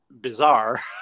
bizarre